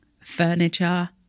Furniture